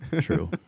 True